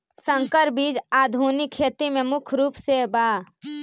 संकर बीज आधुनिक खेती में मुख्य रूप से बा